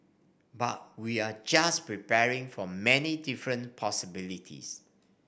but we're just preparing for many different possibilities